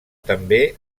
també